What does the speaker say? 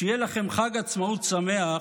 שיהיה לכם חג עצמאות שמח,